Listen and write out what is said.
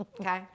okay